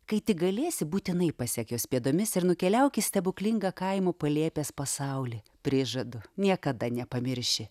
kai tik galėsi būtinai pasek jos pėdomis ir nukeliauk į stebuklingą kaimo palėpės pasaulį prižadu niekada nepamirši